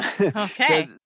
Okay